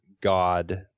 God